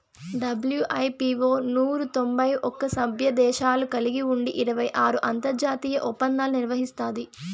WIPO నూరు తొంభై ఒక్క సభ్యదేశాలు కలిగి ఉండి ఇరవై ఆరు అంతర్జాతీయ ఒప్పందాలు నిర్వహిస్తాది